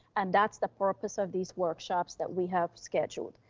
and that's the purpose of these workshops that we have scheduled.